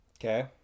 Okay